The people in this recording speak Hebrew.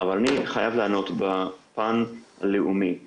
אבל אני חייב לענות בפן הלאומי.